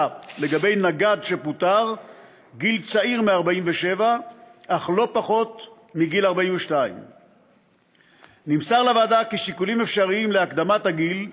לגבי נגד שפוטר בגיל צעיר מ-47 אך לא פחות מגיל 42. נמסר לוועדה כי שיקולים אפשריים להקדמת הגיל יהיו,